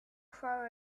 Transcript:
crow